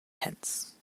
pence